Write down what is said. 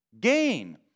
gain